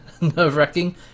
nerve-wracking